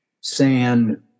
sand